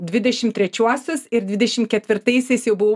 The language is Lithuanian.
dvidešim trečiuosius ir dvidešim ketvirtaisiais jau buvau